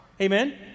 Amen